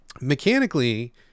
Mechanically